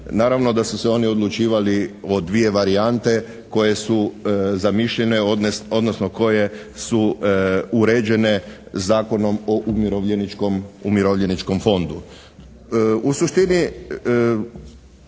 Naravno da su se oni odlučivali o 2 varijante koje su zamišljene, odnosno koje su uređene Zakonom o Umirovljeničkom fondu.